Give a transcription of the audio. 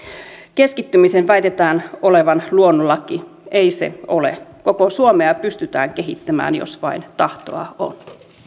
keskittymisen väitetään olevan luonnonlaki ei se ole koko suomea pystytään kehittämään jos vain tahtoa